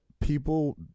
People